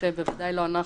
ודאי לא אנחנו,